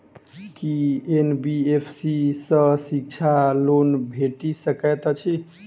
की NBFC सँ शिक्षा loan भेटि सकैत अछि?